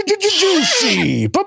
juicy